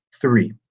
three